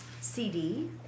CD